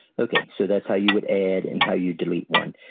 okay so that's how you would add and how you delete one.